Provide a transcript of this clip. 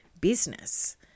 business